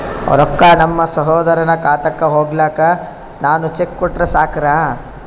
ರೊಕ್ಕ ನಮ್ಮಸಹೋದರನ ಖಾತಕ್ಕ ಹೋಗ್ಲಾಕ್ಕ ನಾನು ಚೆಕ್ ಕೊಟ್ರ ಸಾಕ್ರ?